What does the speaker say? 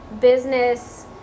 business